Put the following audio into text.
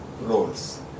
roles